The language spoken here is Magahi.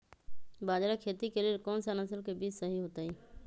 बाजरा खेती के लेल कोन सा नसल के बीज सही होतइ?